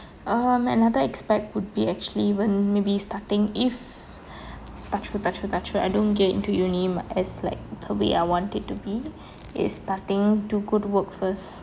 um another aspect would be actually even maybe starting if touch wood touch wood touch wood I don't get into uni as like the way I want it to be is starting to go to work first